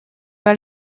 pas